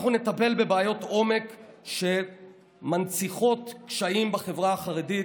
אנחנו נטפל בבעיות עומק שמנציחות קשיים בחברה החרדית,